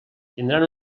tindran